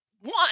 one